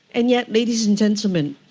and yet, ladies and gentlemen,